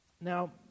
Now